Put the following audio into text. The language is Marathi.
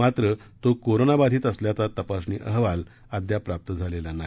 मात्र तो कोरोनाबाधित असल्याचा तपासणी अहवाल अद्याप प्राप्त झालेला नाही